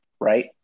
right